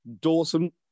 Dawson